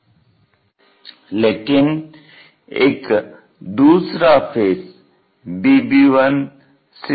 आइये अब इस रेक्टेंगुलर फेस को घुमाते हैं तो अब यह VP के समानांतर नहीं है लेकिन यह एक इंक्लिनेशन एंगल बनता है